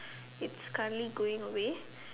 it's currently going away